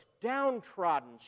downtrodden